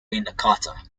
nakata